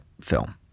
film